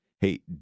hey